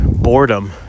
boredom